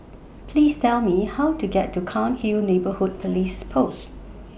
Please Tell Me How to get to Cairnhill Neighbourhood Police Post